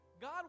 God